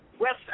West